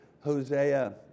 Hosea